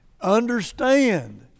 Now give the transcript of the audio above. understand